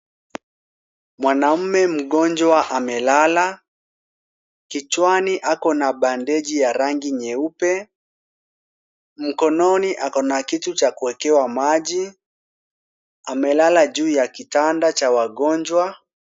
Mwanamme mgonjwa amelala. Kichwani ako na bandeji ya rangi nyeupe. Mkononi ako na kitu cha kuwekewa maji. Amelala ju ya kitanda cha wagonjwa.